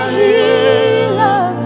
healer